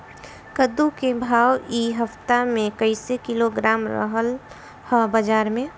कद्दू के भाव इ हफ्ता मे कइसे किलोग्राम रहल ह बाज़ार मे?